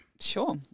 Sure